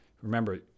Remember